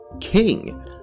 king